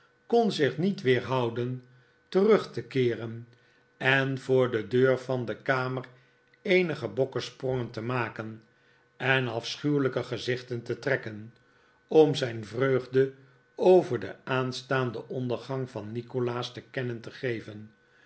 kon zich niet weerhouden terug te keeren en voor de deur van de kamer eenige bokkensprongen te maken en afschuwelijke gezichten te trekken om zijn vreugde over den aanstaanden ondergang van nikolaas te kennen te geven